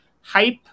hype